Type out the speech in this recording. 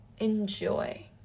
Enjoy